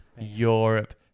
europe